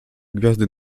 gwiazdy